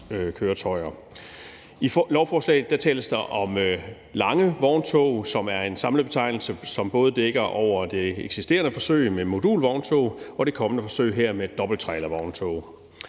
I lovforslaget tales der om lange vogntog, som er en samlet betegnelse, som både dækker over det eksisterende forsøg med modulvogntog og det kommende forsøg her med dobbelttrailervogntog.